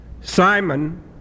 Simon